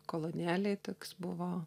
kolonėlėj toks buvo